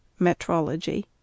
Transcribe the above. Metrology